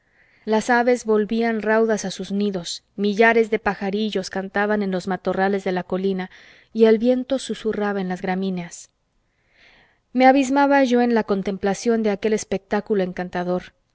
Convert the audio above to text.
las aves volvían raudas a sus nidos millares de pajarillos cantaban en los matorrales de la colina y el viento susurraba en las gramíneas me abismaba yo en la contemplación de aquel espectáculo encantador